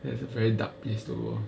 there's a very dark place to go